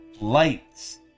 lights